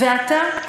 ואתה,